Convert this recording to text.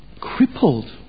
crippled